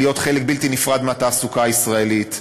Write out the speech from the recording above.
להיות חלק בלתי נפרד מהתעסוקה הישראלית,